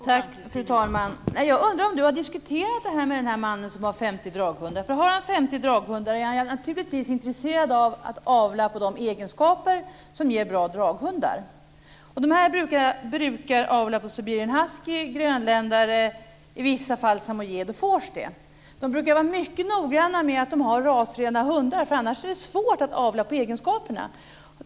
Fru talman! Jag undrar om Anders Sjölund har diskuterat det här med den man som har 50 draghundar. Om han har 50 draghundar är han naturligtvis intresserad av att avla på de egenskaper som ger bra draghundar. De som avlar brukar ha siberian husky och grönländare och i vissa fall samojed och vorsteh. De brukar vara mycket noggranna med att ha rasrena hundar, för annars är det svårt att avla på egenskaperna.